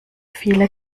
viele